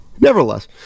Nevertheless